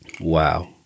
Wow